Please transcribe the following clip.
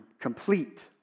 complete